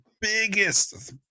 biggest